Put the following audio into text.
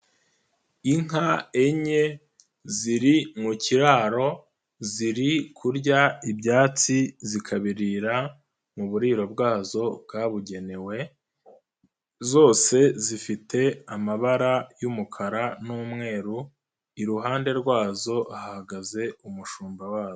Inka enye, ziri mu kiraro, ziri kurya ibyatsi, zikabirira mu buriro bwazo bwabugenewe, zose zifite amabara y'umukara n'umweru, iruhande rwazo hahagaze umushumba wazo.